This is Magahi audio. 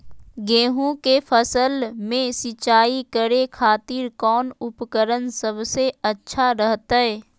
गेहूं के फसल में सिंचाई करे खातिर कौन उपकरण सबसे अच्छा रहतय?